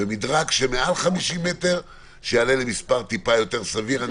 ומדרג של מעל 50 מ"ר, שיעלה למספר טיפה יותר סביר.